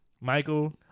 Michael